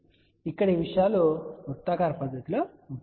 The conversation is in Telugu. ఇక్కడ ఈ విషయాలు వృత్తాకార పద్ధతిలో ఉంటాయి